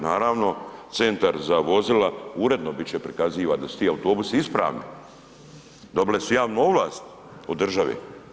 Naravno Centar za vozila uredno bit će prikaziva da su ti autobusi isprani, dobili su javnu ovlast od države.